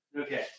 Okay